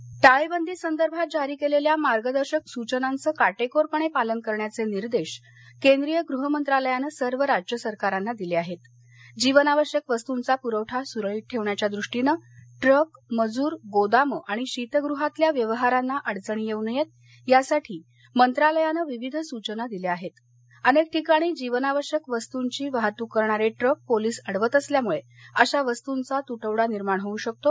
corona lockdown टाळध्वी संदर्भात जारी कलिल्या मार्गदर्शक सूचनांचं काटक्विरपण प्रालन करण्याच तिर्देश केंद्रीय गृहमंत्रालयानं सर्व राज्य सरकारांना दिल आहत्त जीवनावश्यक वस्तूंचा पुरवठा सुरळीत ठक्षियाच्या दृष्टीनं ट्रक मजूर गोदामं आणि शीतगृहातल्या व्यवहारांना अडचणी यस्ति नयस्ति यासाठी मंत्रालयानं विविध सूचना दिल्या आहक्त अनक्विठिकाणी जीवनावश्यक वस्तूंची वाहतूक करणार द्रिक पोलीस अडवत असल्यामुळ शिशा वस्तूंचा तुटवडा निर्माण होऊ शकतो